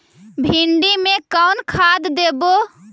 भिंडी में कोन खाद देबै?